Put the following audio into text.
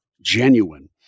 genuine